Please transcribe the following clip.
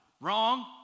Wrong